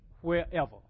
wherever